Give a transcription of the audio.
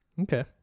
Okay